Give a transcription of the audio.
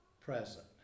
present